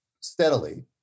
steadily